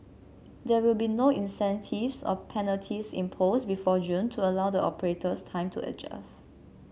there will be no incentives or penalties imposed before June to allow the operators time to adjust